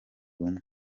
bumwe